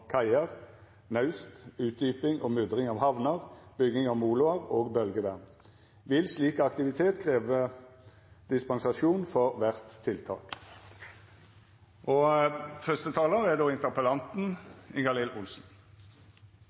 er bygging av kaier og naust, utdyping og mudring av havner, bygging av moloer og